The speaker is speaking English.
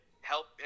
help